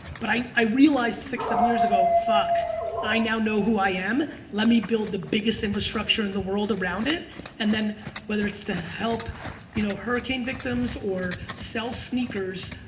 but i i realized six, seven years ago, fuck i now know who i am, let me build the biggest infrastructure in the world around it and then whether it's to help you know hurricane victims or sell sneakers,